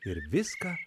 ir viską